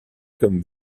comme